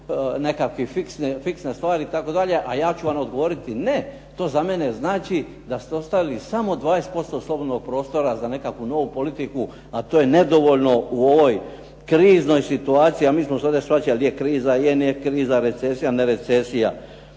nekakve fiksne stvari itd. a ja ću vam odgovoriti ne, to za mene znači da ste ostavili samo 20% slobodnog prostora za nekakvu novu politiku a to je nedovoljno u ovoj kriznoj situaciji a mi smo se ovdje svađali i je kriza, nije kriza, recesija, nerecesija.